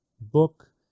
book